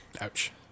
Ouch